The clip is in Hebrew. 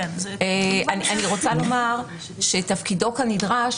אני רוצה לומר שתפקידו כנדרש,